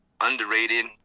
underrated